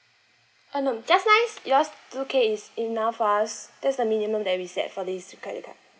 uh no just nice yours two K is enough for us that's the minimum that we set for this credit card